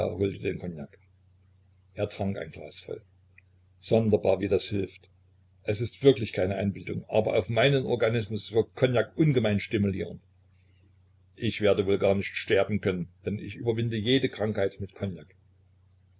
er trank ein glas voll sonderbar wie das hilft es ist wirklich keine einbildung aber auf meinen organismus wirkt kognak ungemein stimulierend ich werde wohl garnicht sterben können denn ich überwinde jede krankheit mit kognak